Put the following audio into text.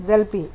jalebi